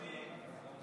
מספיק.